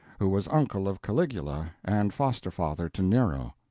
who was uncle of caligula and foster-father to nero.